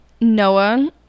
Noah